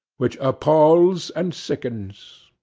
which appals and sickens.